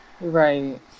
Right